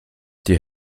die